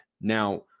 now